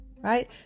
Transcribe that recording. Right